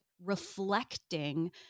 reflecting